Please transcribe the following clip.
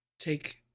take